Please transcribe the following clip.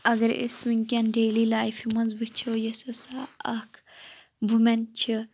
اَگَرے اسۍ وُنکیٚن ڈیلی لایفہِ منٛز وُچھو یُس ہَسا اَکھ وومیٚن چھِ